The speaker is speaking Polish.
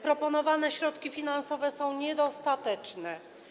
Proponowane środki finansowe są niedostateczne.